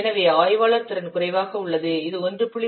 எனவே ஆய்வாளர் திறன் குறைவாக உள்ளது இது 1